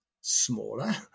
smaller